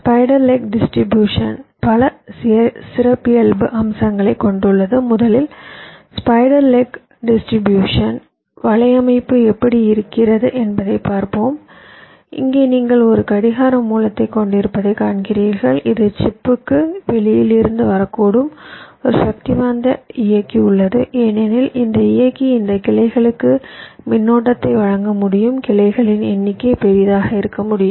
spider leg distribution பல சிறப்பியல்பு அம்சங்களைக் கொண்டுள்ளது முதலில் ஸ்பைடர் லெக் டிஸ்ட்ரிபியூஷன் வலையமைப்பு எப்படி இருக்கிறது என்பதைப் பார்ப்போம் இங்கே நீங்கள் ஒரு கடிகார மூலத்தைக் கொண்டிருப்பதைக் காண்கிறீர்கள் இது சிப்புக்கு வெளியில் இருந்து வரக்கூடும் ஒரு சக்திவாய்ந்த இயக்கி உள்ளது ஏனெனில் இந்த இயக்கி இந்த கிளைகளுக்கு மின்னோட்டத்தை வழங்க முடியும் கிளைகளின் எண்ணிக்கை பெரிதாக இருக்க முடியும்